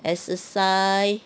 exercise